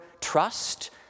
trust